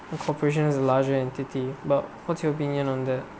cooperation is larger entity but what's your opinion on that